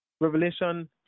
Revelation